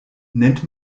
nennt